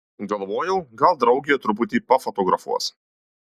galvojau gal draugė truputį pafotografuos